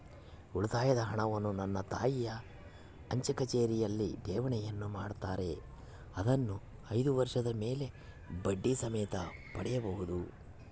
ಉಳಿತಾಯದ ಹಣವನ್ನು ನನ್ನ ತಾಯಿ ಅಂಚೆಕಚೇರಿಯಲ್ಲಿ ಠೇವಣಿಯನ್ನು ಮಾಡುತ್ತಾರೆ, ಅದನ್ನು ಐದು ವರ್ಷದ ಮೇಲೆ ಬಡ್ಡಿ ಸಮೇತ ಪಡೆಯಬಹುದು